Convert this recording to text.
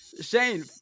Shane